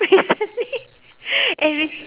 recently every